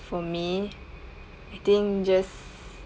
for me I think just